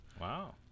Wow